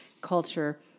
culture